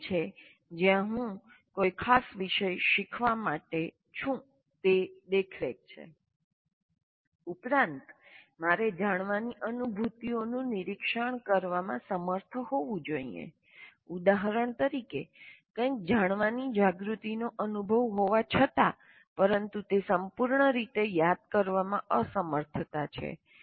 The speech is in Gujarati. આ તે છે જ્યાં હું કોઈ ખાસ વિષય શીખવા માટે છું તે દેખરેખ છે ઉપરાંત મારે જાણવાની અનુભૂતિઓનું નિરીક્ષણ કરવામાં સમર્થ હોવું જોઈએ ઉદાહરણ તરીકે કંઈક જાણવાની જાગૃતિનો અનુભવ હોવા છતાં પરંતુ તે સંપૂર્ણ રીતે યાદ કરવામાં અસમર્થતા છે